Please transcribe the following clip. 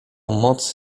moc